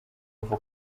uva